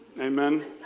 Amen